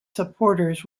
supporters